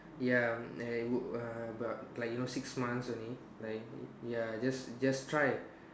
ya and would err but like you know six months only like ya just just try